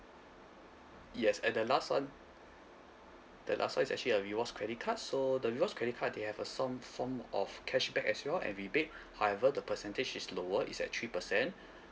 yes and the last one the last one is actually a rewards credit card so the rewards credit card they have a some form of cashback as well and rebate however the percentage is lower is at three percent